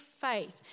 faith